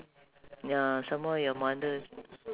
ya somemore your mother